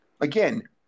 Again